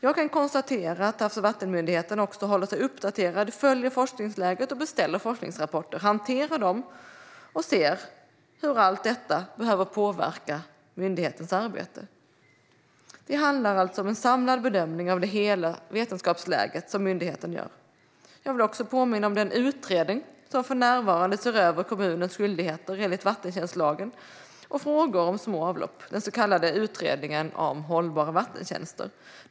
Jag kan konstatera att Havs och vattenmyndigheten också håller sig uppdaterad, följer forskningsläget, beställer forskningsrapporter, hanterar dem och ser hur allt detta behöver påverka myndighetens arbete. Det handlar alltså om en samlad bedömning av hela vetenskapsläget som myndigheten gör. Jag vill också påminna om den utredning som för närvarande ser över kommunens skyldigheter enligt vattentjänstlagen och frågor om små avlopp, den så kallade Utredningen om hållbara vattentjänster.